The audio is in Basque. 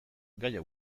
gaia